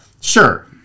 sure